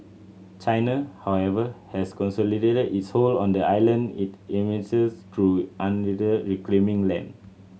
China however has consolidated its hold on the island it administers through unilaterally reclaiming land